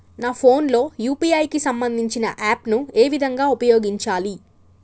నా ఫోన్ లో యూ.పీ.ఐ కి సంబందించిన యాప్ ను ఏ విధంగా ఉపయోగించాలి?